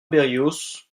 berrios